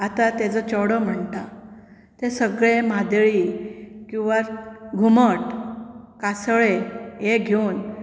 आतां ताजो चेडो म्हणटा ते सगळें म्हादळी किंवा घुमट कासळें हें घेवन